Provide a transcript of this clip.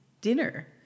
dinner